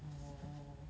oh